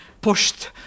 pushed